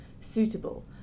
suitable